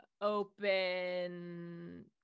open